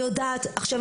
עכשיו,